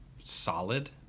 solid